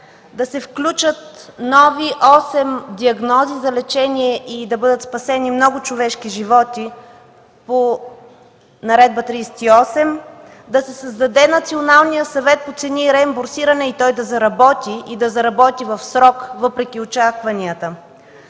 да се включат нови осем диагнози за лечение и да бъдат спасени много човешки животи по Наредба № 38; да се създаде Националният съвет по цени и реимбурсиране и той да заработи, и то в срок въпреки очакванията